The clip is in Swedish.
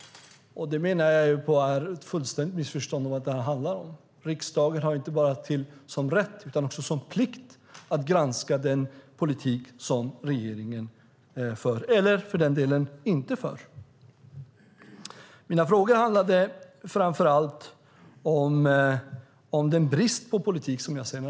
Det menar jag är ett fullständigt missförstånd av vad det här handlar om. Riksdagen har inte bara rätt utan en plikt att granska den politik som regeringen för - eller för den delen inte för. Mina frågor handlade framför allt om den brist på politik jag ser.